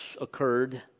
occurred